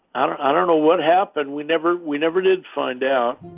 i don't ah don't know what happened. we never we never did find out